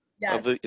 yes